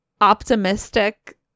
optimistic